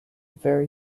very